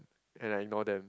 yea yea ignore them